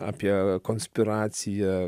apie konspiraciją